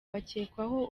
bakekwaho